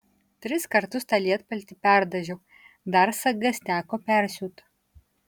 tris kartus tą lietpaltį perdažiau dar sagas teko persiūt